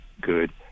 good